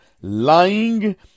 lying